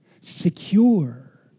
Secure